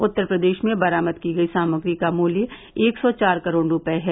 उत्तर प्रदेश में बरामद की गई सामग्री का मूल्य एक सौ चार करोड़ रुपये है